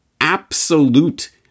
Absolute